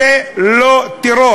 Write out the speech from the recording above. זה לא טרור.